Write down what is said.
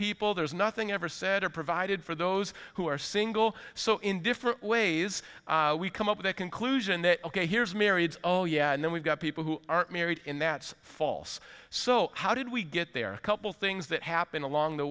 people there is nothing ever said or provided for those who are single so in different ways we come up with a conclusion that ok here's married oh yeah and then we've got people who aren't married in that's false so how did we get there a couple things that happened along the